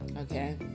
okay